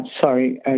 sorry